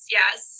yes